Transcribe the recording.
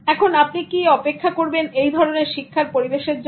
এখন আপনি কি অপেক্ষা করবেন এই ধরনের শিক্ষার পরিবেশ এর জন্য